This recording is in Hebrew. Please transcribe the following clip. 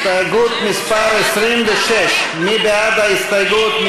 הסתייגות מס' 26, מי בעד ההסתייגות?